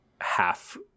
half